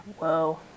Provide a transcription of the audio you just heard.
Whoa